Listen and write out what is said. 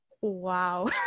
Wow